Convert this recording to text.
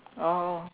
oh